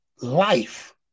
life